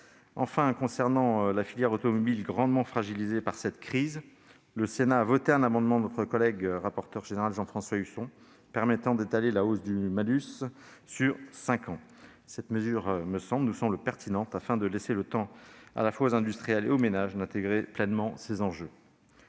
Enfin, concernant la filière automobile, grandement fragilisée par cette crise, le Sénat a voté un amendement de notre collègue rapporteur général Jean-François Husson permettant d'étaler la hausse du malus sur cinq ans. Cette mesure nous semble pertinente, car elle permet de laisser tant aux industriels qu'aux ménages le temps d'intégrer pleinement ces enjeux.